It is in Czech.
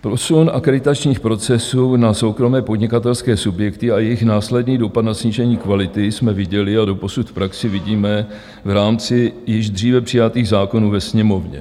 Posun akreditačních procesů na soukromé podnikatelské subjekty a jejich následný dopad na snížení kvality jsme viděli a doposud v praxi vidíme v rámci již dříve přijatých zákonů ve Sněmovně.